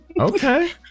Okay